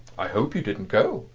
i hope you didn't go,